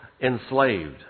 enslaved